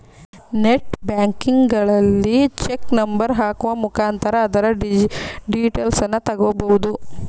net ಬ್ಯಾಂಕಿಂಗಲ್ಲಿ cheque number ಹಾಕುವ ಮುಖಾಂತರ ಅದರ ಡೀಟೇಲ್ಸನ್ನ ತಗೊಬೋದು